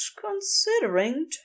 considering